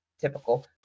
typical